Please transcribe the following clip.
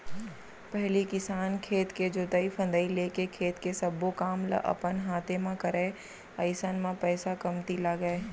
पहिली किसान खेत के जोतई फंदई लेके खेत के सब्बो काम ल अपन हाते म करय अइसन म पइसा कमती लगय